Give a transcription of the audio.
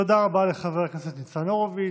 תודה רבה לחבר הכנסת הורוביץ.